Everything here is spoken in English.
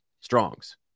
Strong's